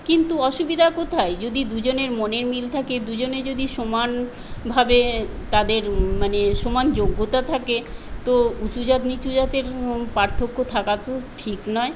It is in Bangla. কিন্তু অসুবিধা কোথায় যদি দুজনের মনের মিল থাকে দুজনে যদি সমানভাবে তাদের মানে সমান যোগ্যতা থাকে তো উঁচু জাত নিচু জাতের পার্থক্য থাকা তো ঠিক নয়